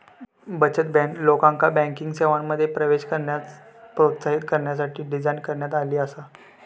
बचत बँक, लोकांका बँकिंग सेवांमध्ये प्रवेश करण्यास प्रोत्साहित करण्यासाठी डिझाइन करण्यात आली आसा